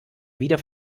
wieder